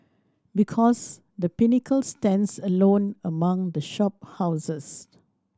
because The Pinnacle stands alone among the shop houses